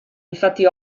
infatti